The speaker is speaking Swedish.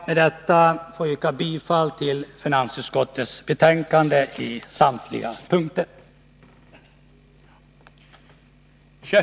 Med detta ber jag att få yrka bifall till finansutskottets hemställan på samtliga punkter.